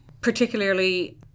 particularly